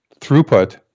throughput